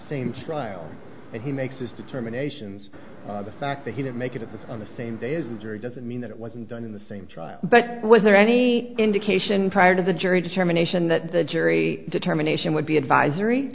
same trial and he makes his determinations the fact that he didn't make it it was on the same day as the jury doesn't mean that it wasn't done in the same trial but was there any indication prior to the jury determination that the jury determination would be advisory